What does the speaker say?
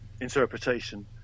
interpretation